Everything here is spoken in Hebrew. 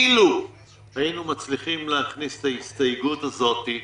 אילו היינו מצליחים להכניס את ההסתייגות הזאת,